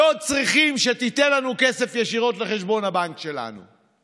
לא צריכים שתיתן לנו כסף ישירות לחשבון הבנק שלנו.